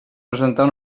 presentar